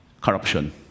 corruption